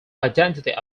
identity